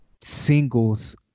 singles